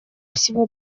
всего